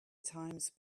times